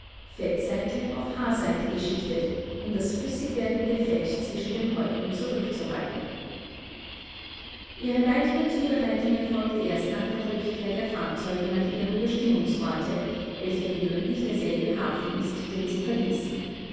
auf haarseite geschichtet um das flüssig werdende fett zwischen den häuten zurückzuhalten ihre weitere zubereitung erfolgt erst nach der rückkehr der fahrzeuge nach ihrem bestimmungsorte welcher gewöhnlich derselbe hafen ist den sie verließen